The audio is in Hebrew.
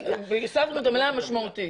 הוספנו את המילה משמעותית.